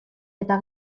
eta